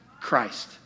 Christ